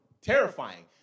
terrifying